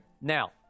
Now